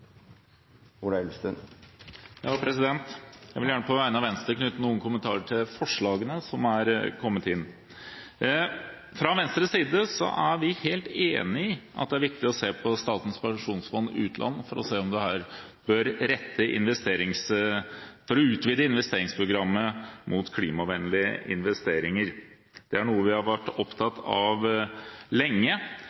Jeg vil gjerne på vegne av Venstre knytte noen kommentarer til forslagene som er kommet inn. Fra Venstres side er vi helt enig i at det er viktig å se på Statens pensjonsfond utland for å se om en her bør utvide investeringsprogrammet mot klimavennlige investeringer. Det er noe vi har vært